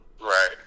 Right